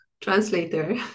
translator